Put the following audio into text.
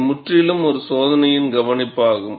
இது முற்றிலும் ஒரு சோதனையின் கவனிப்பு ஆகும்